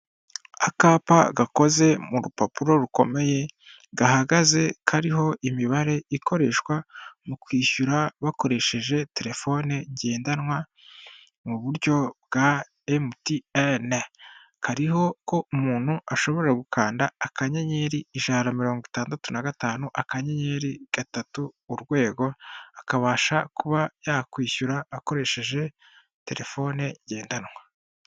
Akapa gakoze mu rupapuro rukomeye gahagaze kariho imibare ikoreshwa mu kwishyura bakoresheje telefone ngendanwa mu buryo bwa emutiyeni, kariho ko umuntu ashobora gukanda akanyeri ijana na mirongo itandatu na gatanu akanyenyeri gatatu urwego, akabasha kuba yakishyura akoresheje telefone ngendanwa.